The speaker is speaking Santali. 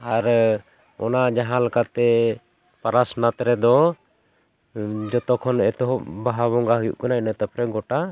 ᱟᱨ ᱚᱱᱟ ᱡᱟᱦᱟᱸ ᱞᱮᱠᱟᱛᱮ ᱯᱟᱨᱟᱥᱱᱟᱛᱷ ᱨᱮᱫᱚ ᱡᱚᱛᱚ ᱠᱷᱚᱱ ᱮᱛᱚᱦᱚᱵ ᱵᱟᱦᱟ ᱵᱚᱸᱜᱟ ᱦᱩᱭᱩᱜ ᱠᱟᱱᱟ ᱤᱱᱟᱹ ᱛᱟᱨᱯᱚᱨᱮ ᱜᱚᱴᱟ